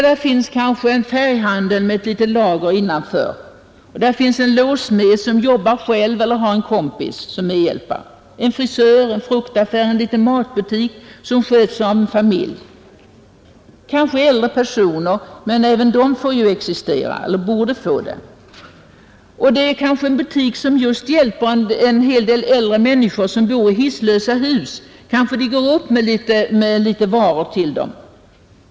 Där finns kanske en färghandel med ett litet lager innanför, där finns en låssmed som jobbar själv eller har en kompis som medhjälpare, där finns en frisör, en fruktaffär och en liten matbutik som sköts av en familj — kanske äldre personer, men även de borde ju få existera. Där finns kanske en livsmedelshandlare som hjälper en hel del äldre människor som bor i hisslösa hus med att gå upp med litet varor till dem.